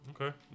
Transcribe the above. Okay